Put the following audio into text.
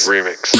Remix